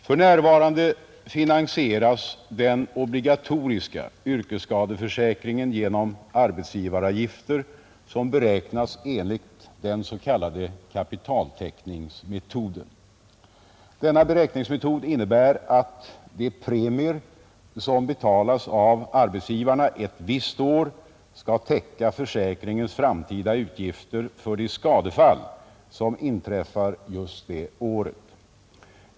För närvarande finansieras den obligatoriska yrkesskadeförsäkringen genom arbetsgivaravgifter, som beräknas enligt den s.k. kapitaltäckningsmetoden. Denna beräkningsmetod innebär att de premier som betalas av arbetsgivarna ett visst år skall täcka försäkringens framtida utgifter för de skadefall som inträffar just det året.